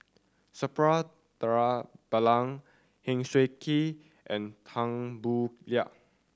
Suppiah Dhanabalan Heng Swee Keat and Tan Boo Liat